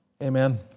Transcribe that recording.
Amen